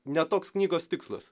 ne toks knygos tikslas